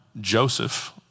Joseph